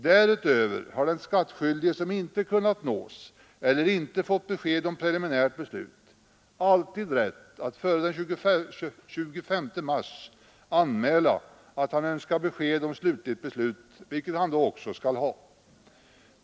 Därutöver har den skattskyldige som inte kunnat nås eller inte fått besked om preliminärt beslut alltid rätt att före den 25 mars anmäla att han önskar besked om slutligt beslut, vilket han då också skall ha.